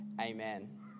Amen